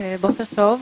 בוקר טוב,